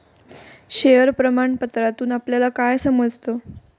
Share प्रमाण पत्रातून आपल्याला काय समजतं?